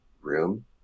room